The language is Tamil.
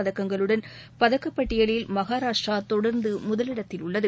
பதக்கங்களுடன் பதக்கப்பட்டியலில் மகாராஷ்ட்டிரா தொடர்ந்து முதலிடத்தில் உள்ளது